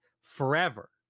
forever